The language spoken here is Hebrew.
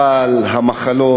אבל המחלות,